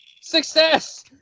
Success